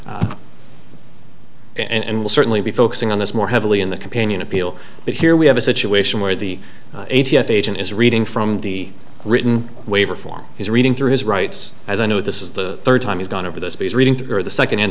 will certainly be focusing on this more heavily in the companion appeal but here we have a situation where the a t f agent is reading from the written waiver form he's reading through his rights as i know this is the third time he's gone over the speed reading to the second and